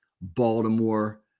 Baltimore